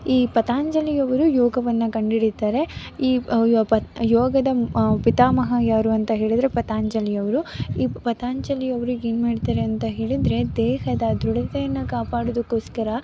ಈ ಪತಂಜಲಿಯವರು ಯೋಗವನ್ನು ಕಂಡುಹಿಡಿತಾರೆ ಈ ಪತ್ ಯೋಗದ ಪಿತಾಮಹ ಯಾರು ಅಂತ ಹೇಳಿದರೆ ಪತಂಜಲಿಯವರು ಈ ಪತಂಜಲಿಯವರು ಏನು ಮಾಡ್ತಾರೆ ಅಂತ ಹೇಳಿದರೆ ದೇಹದ ದೃಢತೆಯನ್ನು ಕಾಪಾಡೋದಕ್ಕೋಸ್ಕರ